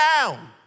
down